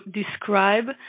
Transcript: describe